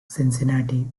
cincinnati